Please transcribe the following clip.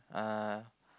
uh